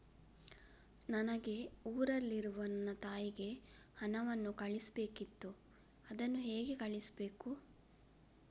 ನನಗೆ ಊರಲ್ಲಿರುವ ನನ್ನ ತಾಯಿಗೆ ಹಣವನ್ನು ಕಳಿಸ್ಬೇಕಿತ್ತು, ಅದನ್ನು ಹೇಗೆ ಕಳಿಸ್ಬೇಕು?